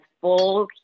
full